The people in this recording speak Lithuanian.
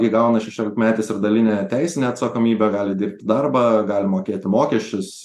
įgauna šešiolikmetis ir dalinę teisinę atsakomybę gali dirbti darbą gal mokėti mokesčius